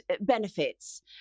benefits